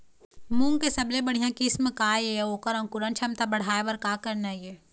मूंग के सबले बढ़िया किस्म का ये अऊ ओकर अंकुरण क्षमता बढ़ाये बर का करना ये?